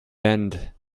bend